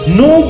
no